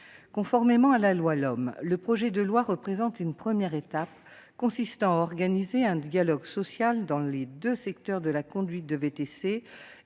Conformément à la LOM, ce projet de loi représente une première étape consistant à organiser un dialogue social dans les deux secteurs de la conduite de VTC